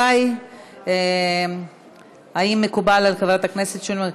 רבותי, האם מקובל על חברת הכנסת שולי מועלם?